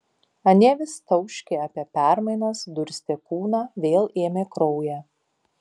anie vis tauškė apie permainas durstė kūną vėl ėmė kraują